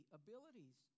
abilities